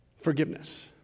forgiveness